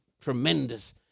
tremendous